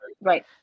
right